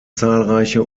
zahlreiche